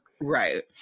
Right